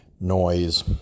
noise